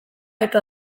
eta